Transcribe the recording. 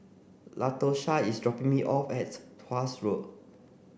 Latosha is dropping me off at Tuas Road